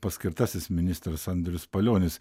paskirtasis ministras andrius palionis